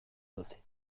dute